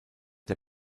der